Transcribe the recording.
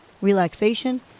relaxation